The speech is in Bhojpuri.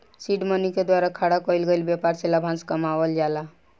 सीड मनी के द्वारा खड़ा कईल गईल ब्यपार से लाभांस कमावल जाला